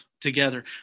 together